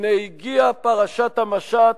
הנה הגיעה פרשת המשט